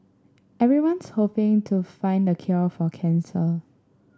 everyone's hoping to find a cure for cancer